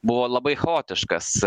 buvo labai chaotiškas